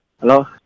Hello